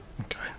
Okay